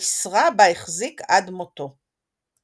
משרה בה החזיק עד מותו.